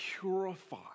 purify